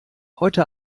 heute